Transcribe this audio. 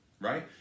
right